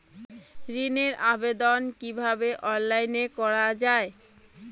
ঋনের আবেদন কিভাবে অনলাইনে করা যায়?